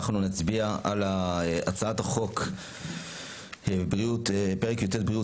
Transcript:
אנחנו נצביע על הצעת החוק בריאות פרק י"ט (בריאות),